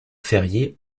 fériés